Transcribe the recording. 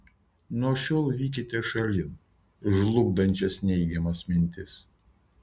nuo šiol vykite šalin žlugdančias neigiamas mintis